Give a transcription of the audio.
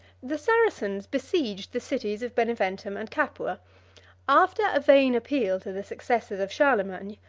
the saracens besieged the cities of beneventum and capua after a vain appeal to the successors of charlemagne,